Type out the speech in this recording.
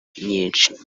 nyinshi